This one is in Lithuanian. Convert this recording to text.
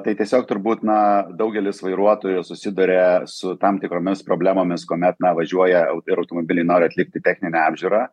tai tiesiog turbūt na daugelis vairuotojų susiduria su tam tikromis problemomis kuomet na važiuoja ir automobiliai nori atlikti techninę apžiūrą